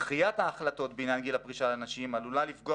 דחיית ההחלטות בעניין גיל הפרישה לנשים עלולה לפגוע